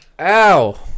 Ow